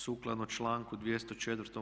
Sukladno članku 204.